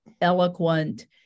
eloquent